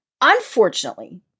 unfortunately